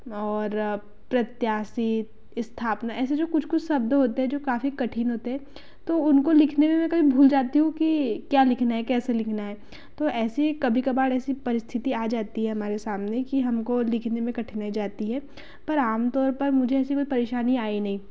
और प्रत्याशी स्थापना ऐसे जो कुछ कुछ शब्द होते हैं जो काफ़ी कठिन होते हैं तो उनको लिखने में मैं कभी भूल जाती हूँ कि क्या लिखना है कैसे लिखना है तो ऐसे कभी कभार ऐसी परिस्थिति आ जाती है हमारे सामने कि हमको लिखने में कठिनाई जाती है पर आम तौर पर मुझे ऐसी कोई परेशानी आई नहीं